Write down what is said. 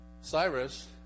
Cyrus